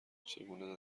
چگونه